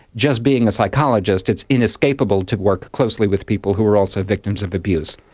just being a psychologist it's inescapable to work closely with people who were also victims of abuse.